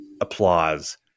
applause